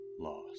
lost